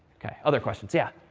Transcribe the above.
ok. other questions? yeah?